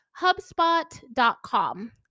HubSpot.com